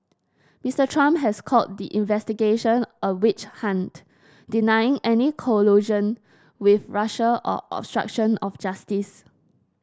Mister Trump has called the investigation a witch hunt denying any collusion with Russia or obstruction of justice